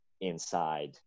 inside